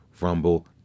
Rumble